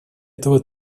этого